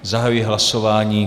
Zahajuji hlasování.